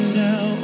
now